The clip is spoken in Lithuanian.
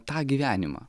tą gyvenimą